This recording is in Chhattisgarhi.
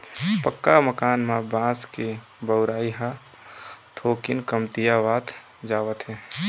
पक्का मकान म बांस के बउरई ह थोकिन कमतीयावत जावत हे